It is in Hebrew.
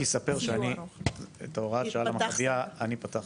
אני רק אספר שאת הוראת השעה על המכביה אני פתחתי.